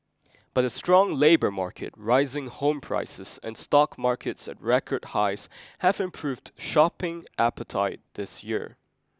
but a strong labour market rising home prices and stock markets at record highs have improved shopping appetite this year